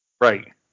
Right